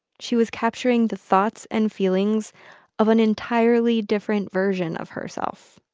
she was capturing the thoughts and feelings of an entirely different version of herself,